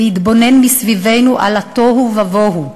להתבונן מסביבנו על התוהו ובוהו,